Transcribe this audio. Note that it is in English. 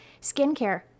skincare